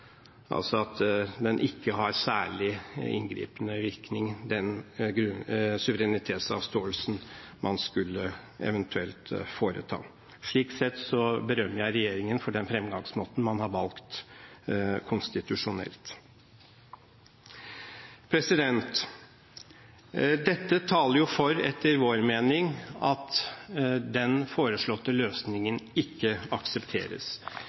altså at den suverenitetsavståelse man eventuelt skulle foreta, ikke har særlig inngripende virkning. Slik sett berømmer jeg regjeringen for den framgangsmåten man har valgt konstitusjonelt. Dette taler for, etter vår mening, at den foreslåtte løsningen ikke aksepteres.